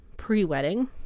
pre-wedding